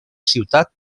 ciutat